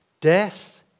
Death